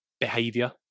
behavior